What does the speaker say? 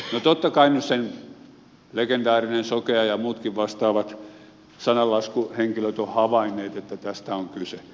no totta kai nyt sen legendaarinen sokea ja muutkin vastaavat sananlaskuhenkilöt ovat havainneet että tästä on kyse